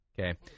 Okay